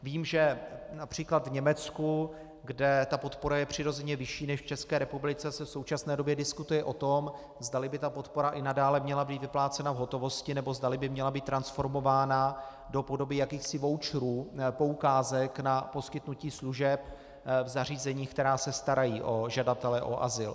Vím, že např. v Německu, kde je podpora přirozeně vyšší než v České republice, se v současné době diskutuje o tom, zdali by ta podpora i nadále měla být vyplácena v hotovosti, nebo zdali by měla být transformována do podoby jakýchsi voucherů, poukázek na poskytnutí služeb v zařízeních, která se starají o žadatele o azyl.